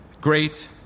Great